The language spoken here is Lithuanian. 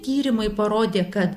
tyrimai parodė kad